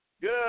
Good